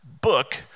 book